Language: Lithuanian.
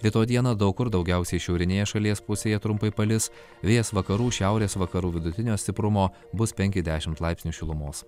rytoj dieną daug kur daugiausiai šiaurinėje šalies pusėje trumpai palis vėjas vakarų šiaurės vakarų vidutinio stiprumo bus penki dešimt laipsnių šilumos